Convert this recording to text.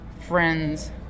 friend's